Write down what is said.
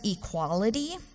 equality